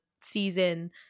season